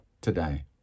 today